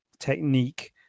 technique